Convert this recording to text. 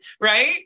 right